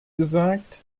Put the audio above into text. gesagt